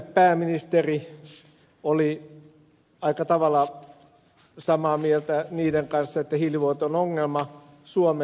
pääministeri oli siitä aika tavalla samaa mieltä heidän kanssaan että hiilivuoto on ongelma suomelle